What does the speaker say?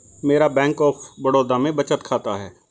मेरा bank of Baroda में बचत खाता है